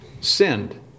sinned